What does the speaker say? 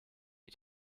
you